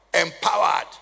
empowered